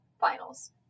finals